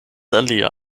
alia